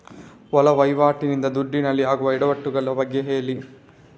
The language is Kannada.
ಒಳ ವಹಿವಾಟಿ ನಿಂದ ದುಡ್ಡಿನಲ್ಲಿ ಆಗುವ ಎಡವಟ್ಟು ಗಳ ಬಗ್ಗೆ ಹೇಳಿ